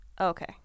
Okay